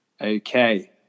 okay